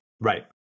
Right